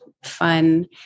fun